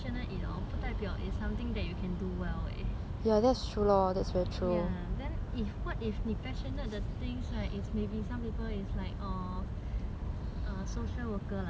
well eh ya then if what if 你 passionate 的 things lah it's maybe some people it's like um social worker lah maybe example then in the sense you cannot